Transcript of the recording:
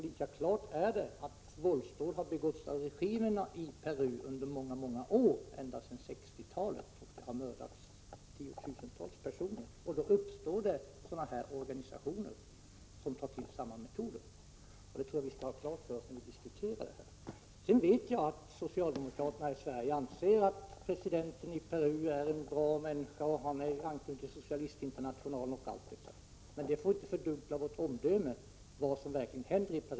Lika klart är att våldsdåd har begåtts under många, många år av tidigare regimer i Peru —- ja, ända sedan 1960-talet. Tiotusentals personer har mördats. I en sådan situation uppstår organisationer av det här slaget som tar till samma metoder. Det bör vi ha klart för oss när vi diskuterar dessa frågor. Jag vet att socialdemokraterna i Sverige anser att presidenten i Peru är en bra människa, som är anknuten till Socialistinternationalen etc. Men det får inte fördunkla vårt omdöme när det gäller vad som verkligen händer i Peru.